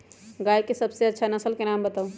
गाय के सबसे अच्छा नसल के नाम बताऊ?